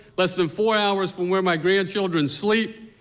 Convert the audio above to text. less than four hours from where my grandchildren sleep,